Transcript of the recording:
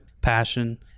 passion